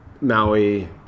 maui